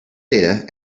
data